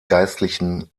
geistlichen